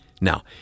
Now